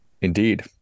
Indeed